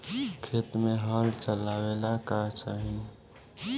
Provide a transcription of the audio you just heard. खेत मे हल चलावेला का चाही?